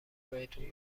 بهتون